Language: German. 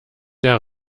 der